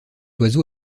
oiseau